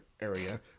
area